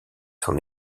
son